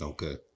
Okay